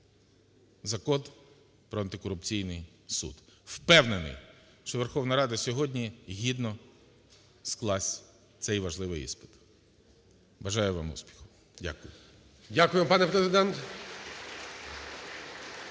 Закон про антикорупційний суд. Впевнений, що Верховна Рада сьогодні гідно скласть цей важливий іспит. Бажаю вам успіху! Дякую.